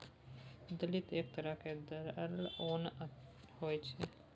दलिया एक तरहक दरलल ओन होइ छै